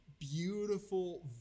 beautiful